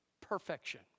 Perfection